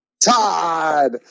Todd